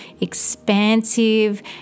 expansive